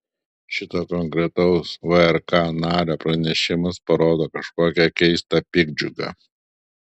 šito konkretaus vrk nario pranešimas parodo kažkokią keistą piktdžiugą